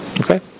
Okay